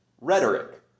rhetoric